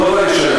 לא ברישיון.